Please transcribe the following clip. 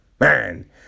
Man